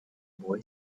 boy